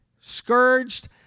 scourged